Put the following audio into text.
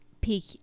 Peak